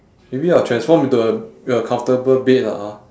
maybe I'll transform into a a comfortable bed lah hor